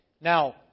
Now